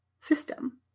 system